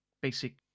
basic